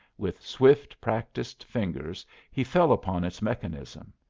with swift, practised fingers he fell upon its mechanism.